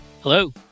hello